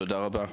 תודה רבה,